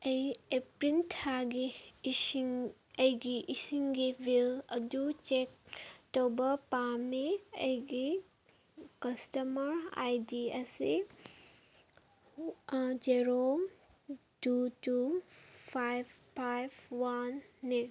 ꯑꯩ ꯑꯦꯄ꯭ꯔꯤꯜ ꯊꯥꯒꯤ ꯏꯁꯤꯡ ꯑꯩꯒꯤ ꯏꯁꯤꯡꯒꯤ ꯕꯤꯜ ꯑꯗꯨ ꯆꯦꯛ ꯇꯧꯕ ꯄꯥꯝꯃꯤ ꯑꯩꯒꯤ ꯀꯁꯇꯃꯔ ꯑꯥꯏ ꯗꯤ ꯑꯁꯤ ꯖꯦꯔꯣ ꯇꯨ ꯇꯨ ꯐꯥꯏꯕ ꯐꯥꯏꯕ ꯋꯥꯟꯅꯤ